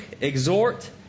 exhort